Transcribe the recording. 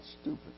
stupid